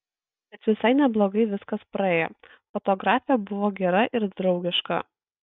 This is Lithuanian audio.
bet visai neblogai viskas praėjo fotografė buvo gera ir draugiška